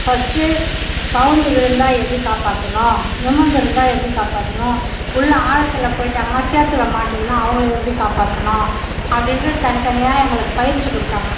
first கவுந்து விழுந்தால் எப்படி காப்பாற்றணும் நிமிர்ந்து இருந்தால் எப்படி காப்பாற்றணும் உள்ள ஆழத்தில் போயிவிட்டாங்கன்னா சேத்தில் மாட்டிக்கின்னா அவங்களை எப்படி காப்பாற்றணும் அப்படின்றத தனி தனியாக எங்களுக்கு பயிற்சி கொடுத்தாங்க